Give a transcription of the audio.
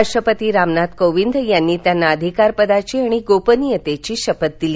राष्ट्रपती रामनाथ कोविंद यांनी त्यांना अधिकारपदाची आणि गोपनीयतेची शपथ दिली